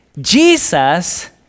Jesus